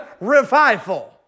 revival